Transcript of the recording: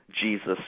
Jesus